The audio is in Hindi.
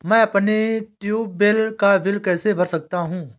मैं अपने ट्यूबवेल का बिल कैसे भर सकता हूँ?